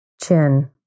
Chin